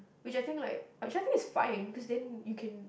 which I think like which I think is fine cause then you can